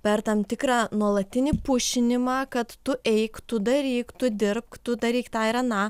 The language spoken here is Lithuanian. per tam tikrą nuolatinį pušinimą kad tu eik tu daryk tu dirbk tu daryk tą ir aną